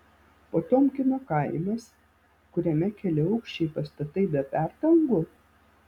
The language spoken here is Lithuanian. potiomkino kaimas kuriame keliaaukščiai pastatai be perdangų